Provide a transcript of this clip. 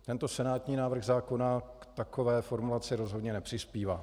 Tento senátní návrh zákona k takové formulaci rozhodně nepřispívá.